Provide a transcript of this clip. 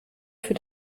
für